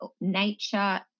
nature